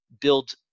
build